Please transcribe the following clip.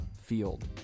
field